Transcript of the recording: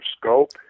scope